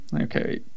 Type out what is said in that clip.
okay